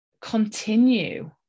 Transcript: continue